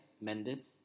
Mendes